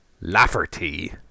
Lafferty